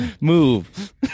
move